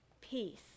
peace